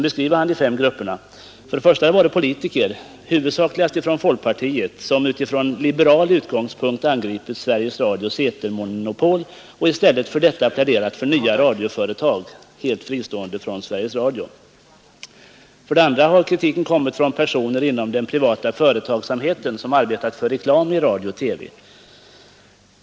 För det första har det varit politiker, huvudsakligen från folkpartiet, som från liberal utgångspunkt angripit Sveriges Radios etermonopol och i stället för detta pläderat för nya radioföretag, helt fristående från Sveriges Radio. För det andra har kritiken kommit från personer inom den privata företagsamheten som arbetat för reklam i radio och TV.